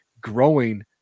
growing